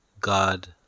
God